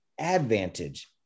advantage